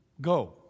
Go